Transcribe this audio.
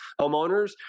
homeowners